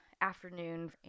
afternoon